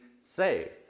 saved